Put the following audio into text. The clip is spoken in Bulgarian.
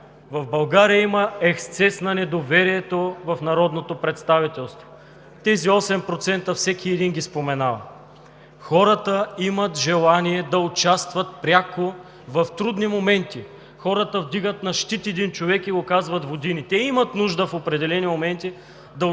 в България има ексцес на недоверие в Народното представителство. Тези 8% всеки един ги споменава. Хората имат желание да участват пряко в трудни моменти, хората вдигат на щит един човек и го казват години. В определени моменти те имат